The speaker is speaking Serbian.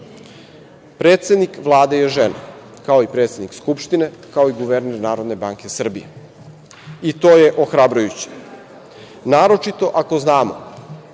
Predsednik Vlade je žena, kao i predsednik Skupštine, kao i guverner NBS i to je ohrabrujuće, naročito ako znamo